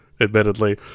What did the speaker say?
admittedly